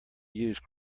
used